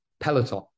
peloton